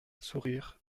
sourire